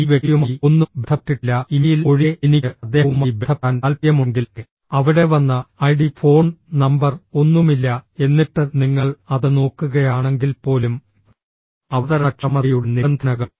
ഈ വ്യക്തിയുമായി ഒന്നും ബന്ധപ്പെട്ടിട്ടില്ല ഇമെയിൽ ഒഴികെ എനിക്ക് അദ്ദേഹവുമായി ബന്ധപ്പെടാൻ താൽപ്പര്യമുണ്ടെങ്കിൽ അവിടെ വന്ന ഐഡി ഫോൺ നമ്പർ ഒന്നുമില്ല എന്നിട്ട് നിങ്ങൾ അത് നോക്കുകയാണെങ്കിൽപ്പോലും അവതരണക്ഷമതയുടെ നിബന്ധനകൾ